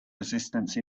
resistance